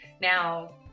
Now